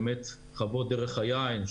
באמת חוות דרך היין,